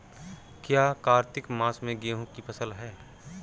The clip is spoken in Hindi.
क्या कार्तिक मास में गेहु की फ़सल है?